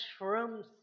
shrooms